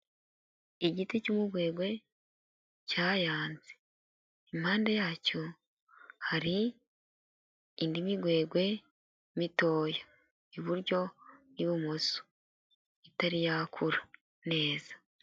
Igiti cy'umugwegwe cyayanze, impande yacyo hari indi migwegwe mitoya iburyo n'ibumoso itari yakura neza.